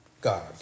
God